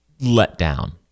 letdown